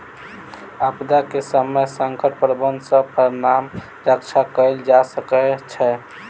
आपदा के समय संकट प्रबंधन सॅ प्राण रक्षा कयल जा सकै छै